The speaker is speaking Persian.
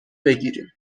بگیریم